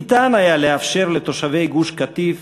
ניתן היה לאפשר לתושבי גוש-קטיף